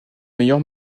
meilleur